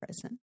present